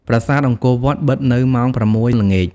ប្រាសាទអង្គរវត្តបិទនៅម៉ោង ៦ ល្ងាច។